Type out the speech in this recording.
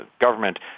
government